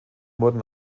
wurden